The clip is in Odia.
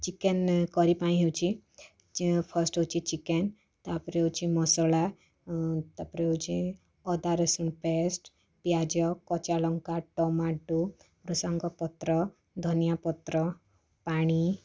ଚିକେନ୍ କରି ପାଇଁ ହେଉଛି ଚ ଫାଷ୍ଟ୍ ହେଉଛି ଚିକେନ୍ ତା'ପରେ ହେଉଛି ମସଲା ତା'ପରେ ହେଉଛି ଅଦା ରସୁଣ ପେଷ୍ଟ୍ ପିଆଜ କଞ୍ଚାଲଙ୍କା ଟମାଟୋ ଭୃସଙ୍ଗପତ୍ର ଧନିଆପତ୍ର ପାଣି